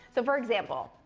so, for example,